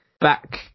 back